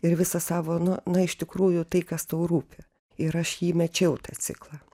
ir visą savo nu na iš tikrųjų tai kas tau rūpi ir aš jį mečiau tą ciklą